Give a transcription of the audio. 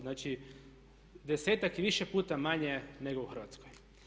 Znači desetak i više puta manje nego u Hrvatskoj.